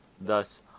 Thus